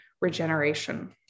regeneration